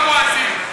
לא מואזין,